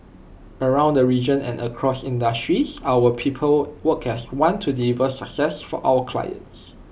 around the region and across industries our people work as one to deliver success for our clients